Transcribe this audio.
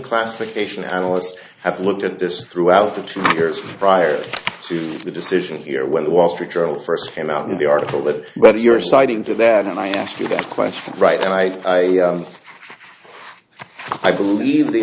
classification analyst i've looked at this throughout the two years prior to the decision here when the wall street journal first came out in the article that whether you're citing did that and i ask you that question right and i i believe the